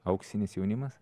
auksinis jaunimas